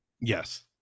Yes